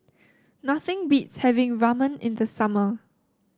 nothing beats having Ramen in the summer